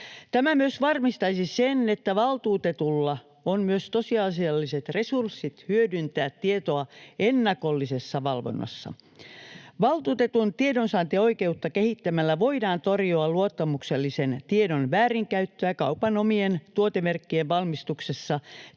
Tämä myös varmistaisi sen, että valtuutetulla on myös tosiasialliset resurssit hyödyntää tietoa ennakollisessa valvonnassa. Valtuutetun tiedonsaantioikeutta kehittämällä voidaan torjua luottamuksellisen tiedon väärinkäyttöä kaupan omien tuotemerkkien valmistuksessa